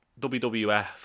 WWF